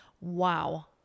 wow